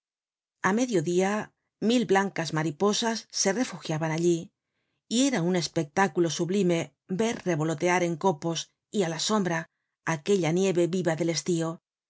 a mediodia mil blancas mariposas se refugiaban allí y era un espectáculo sublime ver revolotear en copos y á la sombra aquella nieve viva del estío